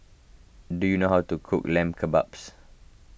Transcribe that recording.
do you know how to cook Lamb Kebabs